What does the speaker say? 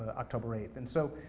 ah october eight, and so,